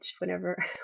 whenever